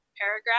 paragraph